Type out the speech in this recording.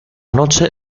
noche